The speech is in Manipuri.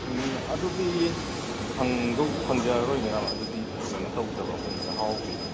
ꯎꯝ ꯑꯗꯨꯗꯤ ꯐꯪꯗꯧ ꯐꯪꯖꯔꯔꯣꯏ ꯃꯦꯗꯥꯝ ꯑꯗꯨꯗꯤ ꯀꯩꯅꯣ ꯇꯧꯗꯕ ꯑꯩꯈꯣꯏꯅ ꯆꯥꯛꯍꯥꯎꯒꯤꯗꯤ